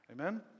Amen